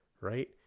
right